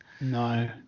No